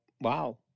wow